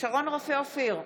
שרון רופא אופיר,